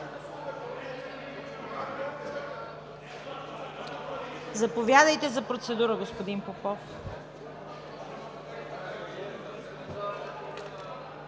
Заповядайте за процедура, господин Попов.